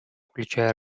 включая